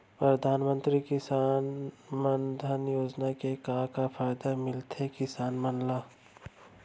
परधानमंतरी किसान मन धन योजना के का का फायदा मिलथे किसान मन ला?